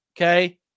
okay